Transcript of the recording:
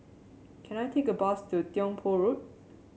can I take a bus to Tiong Poh Road